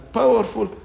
powerful